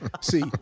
see